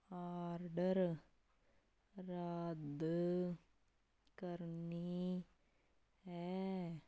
order ਰੱਦ ਕਰਨੀ ਹੈ